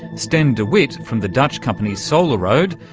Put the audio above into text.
sten de wit from the dutch company solaroad,